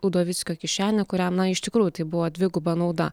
udovickio kišenę kuriam na iš tikrųjų tai buvo dviguba nauda